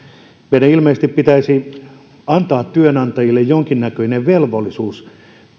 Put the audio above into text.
meidän ilmeisesti pitäisi antaa työnantajille jonkinnäköinen velvollisuus